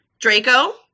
Draco